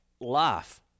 life